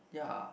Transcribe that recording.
ya